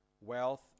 wealth